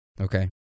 Okay